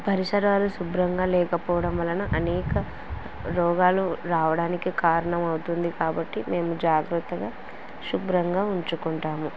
పరిసరాలు శుభ్రంగా లేకపోవడం వలన అనేక రోగాలు రావడానికి కారణం అవుతుంది కాబట్టి మేము జాగ్రత్తగా శుభ్రంగా ఉంచుకుంటాము